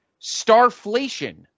Starflation